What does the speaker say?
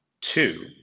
Two